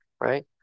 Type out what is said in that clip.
right